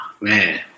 man